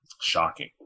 Shocking